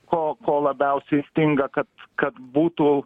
ko ko labiausiai stinga kad kad būtų